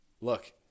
look